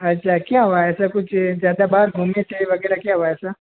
अच्छा क्या हुआ ऐसे कुछ ज़्यादा बाहर घूमने से वग़ैरह क्या हुआ है ऐसा